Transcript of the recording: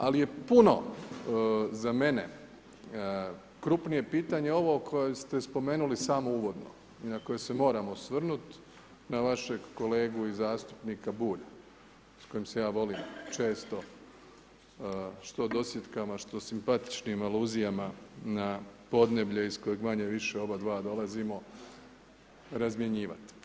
Ali je puno za mene krupnije pitanje ovo koje ste spomenuli samo uvodno i na koje moram osvrnuti, na vašeg kolegu i zastupnika Bulja s kojim se ja volim često, što dosjetkama, što simpatičnim aluzijama na podneblje iz kojeg manje-više obadva dolazimo razmjenjivati.